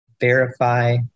verify